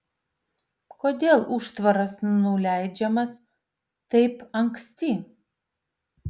kodėl užtvaras nuleidžiamas taip anksti